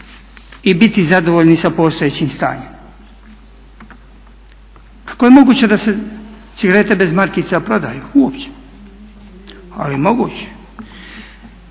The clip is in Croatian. i biti zadovoljni sa postojećim stanjem. Kako je moguće da se cigarete bez markica prodaju uopće? Ali moguće